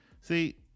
See